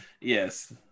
Yes